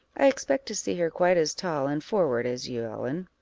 i expect to see her quite as tall and forward as you, ellen.